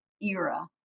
era